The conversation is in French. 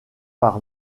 par